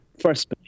First